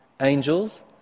angels